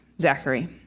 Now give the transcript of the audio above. Zachary